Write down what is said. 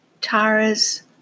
Tara's